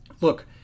Look